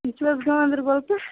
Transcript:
تُہۍ چھُو حظ گانٛدربل پٮ۪ٹھ